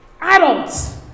Adults